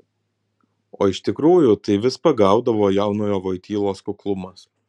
o iš tikrųjų tai vis pagaudavo jaunojo vojtylos kuklumas